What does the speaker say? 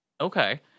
Okay